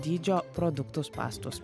dydžio produktų spąstus